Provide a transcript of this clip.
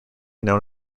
known